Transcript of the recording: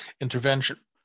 intervention